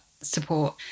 support